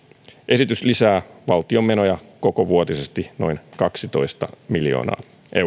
esitys lisää valtion menoja kokovuotisesti noin kaksitoista miljoonaa